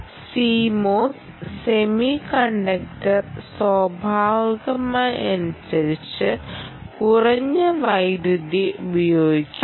CMOS semiconductor സ്വഭാവമനുസരിച്ച് കുറഞ്ഞ വൈദ്യുതി ഉപയോഗിക്കുന്നു